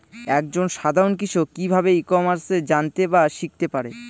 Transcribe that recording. এক জন সাধারন কৃষক কি ভাবে ই কমার্সে জানতে বা শিক্ষতে পারে?